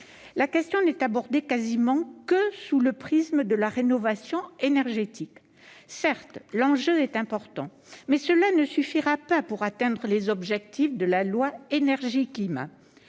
La question n'est abordée quasiment que sous le prisme de la rénovation énergétique. Certes, l'enjeu est important, mais cela ne suffira pas pour atteindre les objectifs affichés